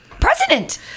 president